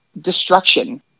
destruction